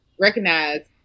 recognize